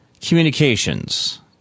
communications